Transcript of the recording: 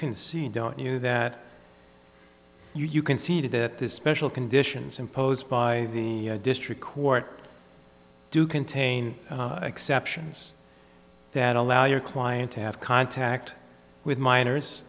can see don't you that you can see to that this special conditions imposed by the district court do contain exceptions that allow your client to have contact with minors